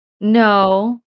No